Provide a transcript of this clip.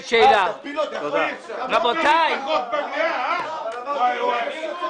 איך הם קיבלו שכר ומאיזה תקציב?